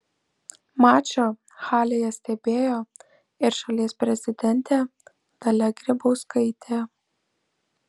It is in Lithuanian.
mačą halėje stebėjo ir šalies prezidentė dalia grybauskaitė